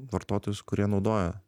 vartotojus kurie naudoja